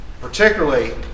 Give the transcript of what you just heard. particularly